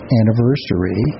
anniversary